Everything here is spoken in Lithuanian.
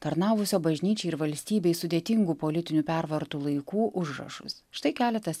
tarnavusio bažnyčiai ir valstybei sudėtingu politinių pervartų laikų užrašus štai keletas